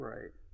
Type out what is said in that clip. Right